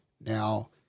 Now